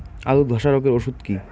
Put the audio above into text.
আলুর ধসা রোগের ওষুধ কি?